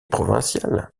provincial